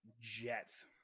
jets